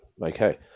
Okay